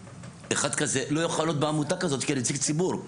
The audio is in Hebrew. אחד כזה לא יוכל להיות בעמותה כזאת כנציג ציבור.